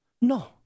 No